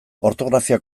ortografia